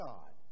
God